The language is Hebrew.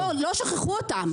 לא שכחו אותם,